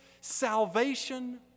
salvation